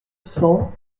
cent